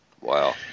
Wow